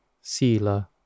sila